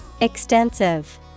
Extensive